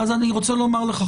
אז אני רוצה לומר לך,